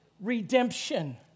Redemption